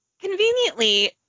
conveniently